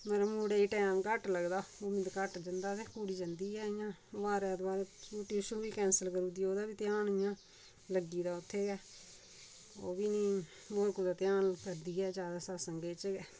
पर मुड़े गी टैम घट्ट लगदा मुड़ा घट्ट जंदा ते कुड़ी जंदी ऐ इ'यां ओह् हर ऐतबार ट्यूशन बी कैंसल करी उड़दा ओह्दा बी ध्यान इ'यां लग्गी गेदा उत्थै गै ओह् बी नि होर कुतै ध्यान करदी ऐ ज्यादा सत्संग च गै